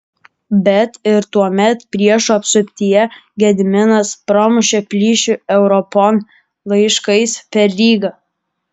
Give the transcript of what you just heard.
bet ir tuomet priešų apsuptyje gediminas pramušė plyšį europon laiškais per rygą